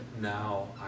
now